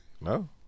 No